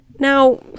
Now